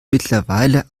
mittlerweile